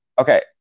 Okay